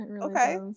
okay